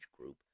group